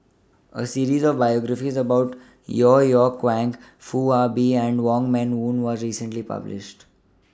A series of biographies about Yeo Yeow Kwang Foo Ah Bee and Wong Meng Voon was recently published